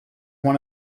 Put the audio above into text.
one